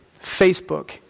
Facebook